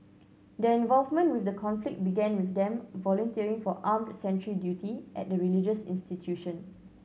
their involvement with the conflict began with them volunteering for armed sentry duty at the religious institution